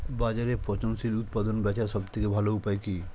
বাজারে পচনশীল উৎপাদন বেচার সবথেকে ভালো উপায় কি?